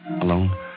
Alone